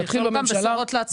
שיכלול גם בשורות לעצמאים.